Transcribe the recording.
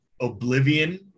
Oblivion